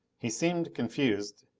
he seemed confused,